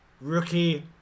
Rookie